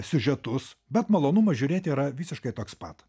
siužetus bet malonumas žiūrėti yra visiškai toks pat